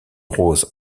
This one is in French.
rose